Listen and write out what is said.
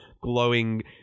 glowing